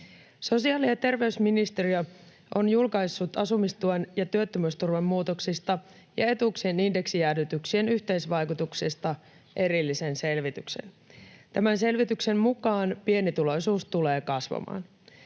Sosiaali- ja terveysministeriö on julkaissut asumistuen ja työttömyysturvan muutoksista ja etuuksien indeksijäädytyksien yhteisvaikutuksesta erillisen selvityksen. Tämän selvityksen mukaan pienituloisuus tulee kasvamaan.